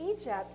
Egypt